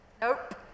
Nope